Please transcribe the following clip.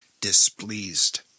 displeased